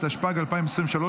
התשפ"ג 2023,